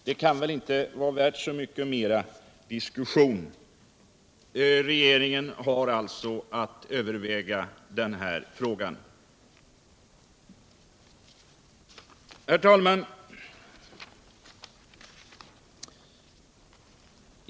Det kan väl inte vara värl så mycket mera diskussion. Regeringen har alltså att överväga den här frågan. Herr talman!